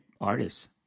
artists